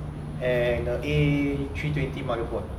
and the A three twenty motherboard